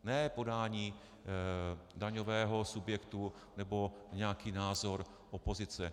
Ne podání daňového subjektu nebo nějaký názor opozice.